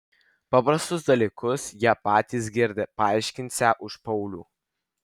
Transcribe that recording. paprastus dalykus jie patys girdi paaiškinsią už paulių